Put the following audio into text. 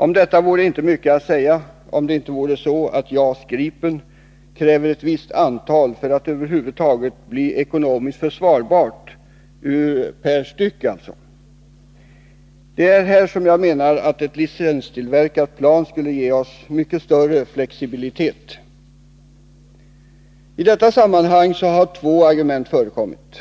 Om detta vore det inte så mycket att säga, om inte JAS-projektet skulle kräva ett visst antal plan för att det hela över huvud taget skall bli ekonomiskt försvarbart per styck. Här menar jag att ett licenstillverkat plan skulle ge oss mycket större flexibilitet. I detta sammanhang har två argument förekommit.